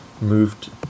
moved